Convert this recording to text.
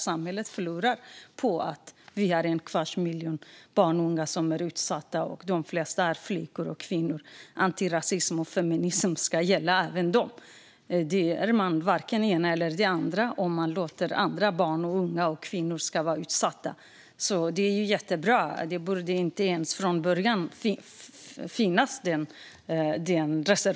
Samhället förlorar på att vi har en kvarts miljon barn och unga som är utsatta - de flesta är flickor och kvinnor. Antirasism och feminism ska gälla även dem. Det är varken det ena eller det andra om man låter andra barn och unga och kvinnor vara utsatta. Detta är alltså jättebra. Denna reservation borde inte ens finnas från början.